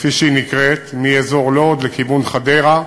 כפי שהיא נקראת, מאזור לוד לכיוון חדרה,